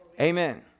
Amen